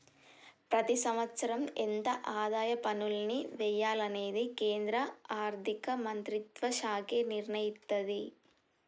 ప్రతి సంవత్సరం ఎంత ఆదాయ పన్నుల్ని వెయ్యాలనేది కేంద్ర ఆర్ధిక మంత్రిత్వ శాఖే నిర్ణయిత్తది